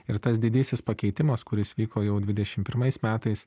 ir tas didysis pakeitimas kuris vyko jau dvidešim pirmais metais